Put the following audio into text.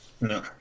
No